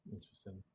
Interesting